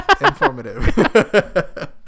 informative